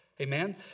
Amen